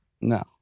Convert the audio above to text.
no